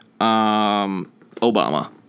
obama